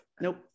Nope